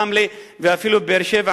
רמלה ואפילו באר-שבע,